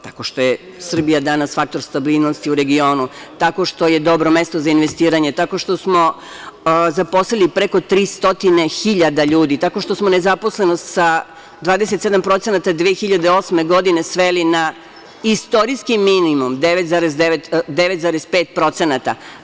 Tako što je Srbija danas faktor stabilnosti u regionu, tako što je dobro mesto za investiranje, tako što smo zaposlili preko 300.000 ljudi, tako što smo nezaposlenost sa 27% 2008. godine sveli na istorijski minimum, 9,5%